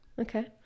Okay